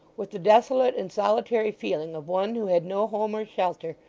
with the desolate and solitary feeling of one who had no home or shelter,